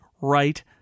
right